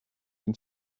can